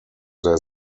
their